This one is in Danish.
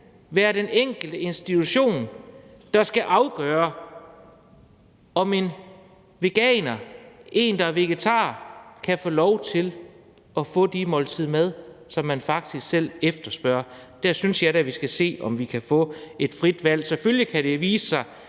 være den enkelte institution, der skal afgøre, om en veganer eller en, der er vegetar, kan få lov til at få det måltid mad, som de faktisk selv efterspørger? Der synes jeg da, vi skal se, om vi kan få et frit valg. Selvfølgelig kan det vise sig,